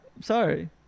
sorry